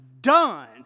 done